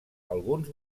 alguns